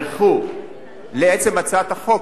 שנערכו לעצם הצעת החוק,